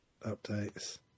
updates